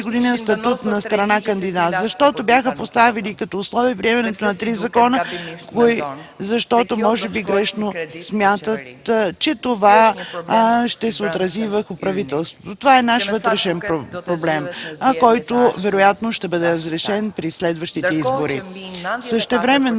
година статут на страна кандидат, защото бяха поставили като условие приемането на три закона, защото може би грешно смятат, че това ще се отрази върху правителството. Това е наш вътрешен проблем, който вероятно ще бъде разрешен при следващите избори. Същевременно